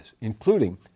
including